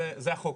זה החוק.